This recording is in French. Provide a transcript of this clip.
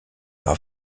par